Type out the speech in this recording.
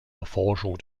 erforschung